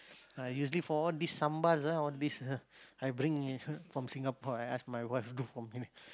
I usually for all these sambal ah all these ah I bring from Singapore I ask my wife bring for me